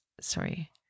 sorry